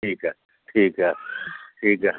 ਠੀਕ ਹੈ ਠੀਕ ਹੈ ਠੀਕ ਹੈ